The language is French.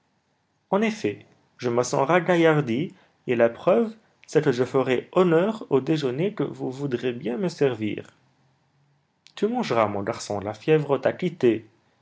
en effet je me sens ragaillardi et la preuve c'est que je ferai honneur au déjeuner que vous voudrez bien me servir tu mangeras mon garçon la fièvre t'a quitté